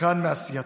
כאן בעשייתך.